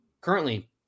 currently